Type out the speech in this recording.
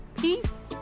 Peace